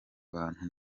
abantu